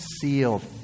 sealed